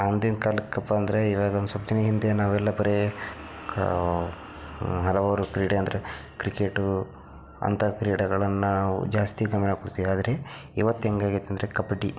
ಅಂದಿನ ಕಾಲಕ್ಕಪ್ಪ ಅಂದರೆ ಇವಾಗ ಒಂದು ಸ್ವಲ್ಪ್ದಿನ ಹಿಂದೆ ನಾವೆಲ್ಲ ಬರೀ ಹಲವಾರು ಕ್ರೀಡೆ ಅಂದರೆ ಕ್ರಿಕೆಟು ಅಂಥ ಕ್ರೀಡೆಗಳನ್ನು ನಾವು ಜಾಸ್ತಿ ಗಮನ ಕೊಡ್ತೀವಿ ಆದರೆ ಇವತ್ತು ಹೆಂಗಾಗೈತೆ ಅಂದರೆ ಕಬಡ್ಡಿ